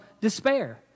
despair